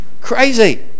Crazy